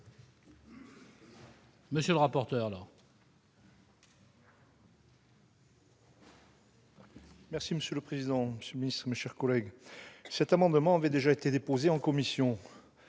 monsieur le rapporteur.